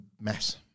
mess